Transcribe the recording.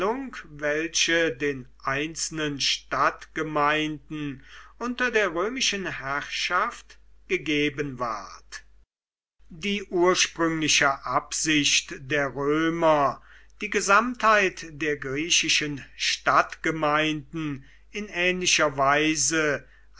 welche den einzelnen stadtgemeinden unter der römischen herrschaft gegeben ward die ursprüngliche absicht der römer die gesamtheit der griechischer stadtgemeinden in ähnlicher weise